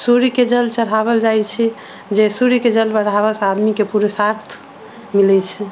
सूर्य के जल चढ़ाओल जाइ छै जे सूर्य के जल बढ़ाबऽ से आदमी के पुरुषार्थ मिलै छै